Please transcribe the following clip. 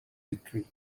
victory